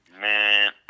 Man